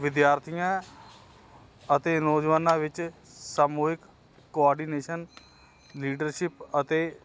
ਵਿਦਿਆਰਥੀਆਂ ਅਤੇ ਨੌਜਵਾਨਾਂ ਵਿੱਚ ਸਮੂਹਿਕ ਕੋਆਰਡੀਨੇਸ਼ਨ ਲੀਡਰਸ਼ਿਪ ਅਤੇ